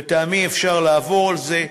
לטעמי, אפשר לעבור על זה.